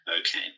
Okay